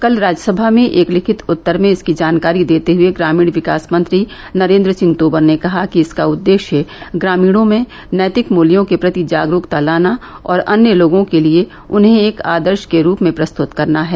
कल राज्यसभा में एक लिखित उत्तर में इसकी जानकारी देते हए ग्रामीण विकास मंत्री नरेन्द्र सिंह तोमर ने कहा कि इसका उद्देश्य ग्रामीणों में नैतिक मूल्यों के प्रति जागरूकता लाना और अन्य लोगों के लिए उन्हें एक आदर्श के रूप में प्रस्तुत करना है